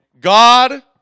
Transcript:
God